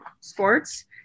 sports